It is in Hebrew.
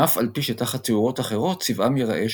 אף על פי שתחת תאורות אחרות צבעם ייראה שונה.